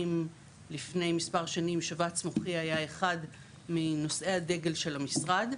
אם לפני מספר שנים שבץ מוחי היה אחד מנושאי הדגל של המשרד,